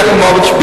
שלי יחימוביץ,